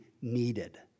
needed